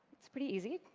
its pretty easy,